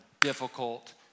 difficult